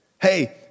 Hey